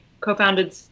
co-founded